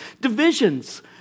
divisions